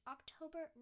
October